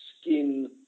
skin